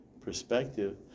perspective